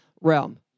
realm